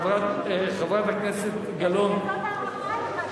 חברת הכנסת גלאון,